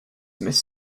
miss